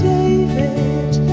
David